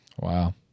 Wow